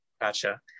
Gotcha